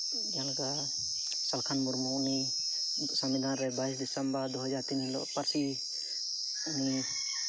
ᱡᱟᱦᱟᱸ ᱞᱮᱠᱟ ᱥᱟᱞᱠᱷᱟᱱ ᱢᱩᱨᱢᱩ ᱩᱱᱤ ᱥᱚᱝᱵᱤᱫᱷᱟᱱ ᱨᱮ ᱵᱟᱭᱤᱥᱮ ᱰᱤᱥᱮᱢᱵᱚᱨ ᱫᱩ ᱦᱟᱡᱟᱨ ᱛᱤᱱ ᱦᱤᱞᱳᱜ ᱯᱟᱹᱨᱥᱤ